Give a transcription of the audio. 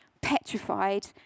petrified